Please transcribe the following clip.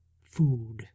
food